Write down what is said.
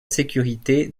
sécurité